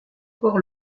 port